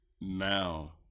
now